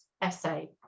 essay